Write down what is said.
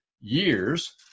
years